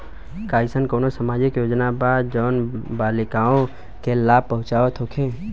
का एइसन कौनो सामाजिक योजना बा जउन बालिकाओं के लाभ पहुँचावत होखे?